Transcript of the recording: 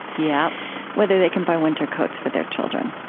yeah whether they can buy winter coats for their children,